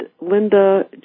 Linda